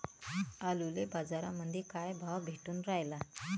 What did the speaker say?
आलूले बाजारामंदी काय भाव भेटून रायला?